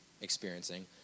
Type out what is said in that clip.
experiencing